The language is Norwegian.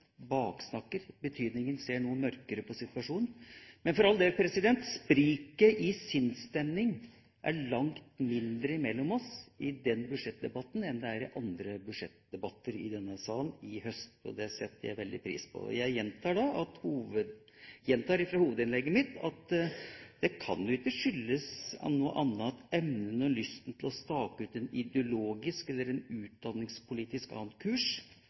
baksnakker i betydninga «ser noe mørkere på situasjonen». Men for all del: Spriket i sinnsstemning er langt mindre mellom oss i denne budsjettdebatten enn det har vært i andre debatter i denne salen i høst, og det setter jeg veldig stor pris på. Jeg gjentar fra hovedinnlegget mitt at det kan jo ikke skyldes noe annet enn at evnen og lysten til å stake ut en ideologisk eller utdanningspolitisk annen kurs,